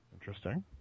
Interesting